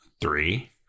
Three